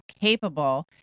capable